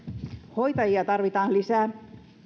hoitajia tarvitaan lisää